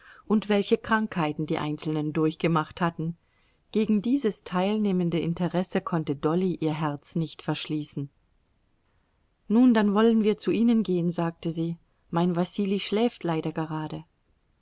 und welche krankheiten die einzelnen durchgemacht hatten gegen dieses teilnehmende interesse konnte dolly ihr herz nicht verschließen nun dann wollen wir zu ihnen gehen sagte sie mein wasili schläft leider gerade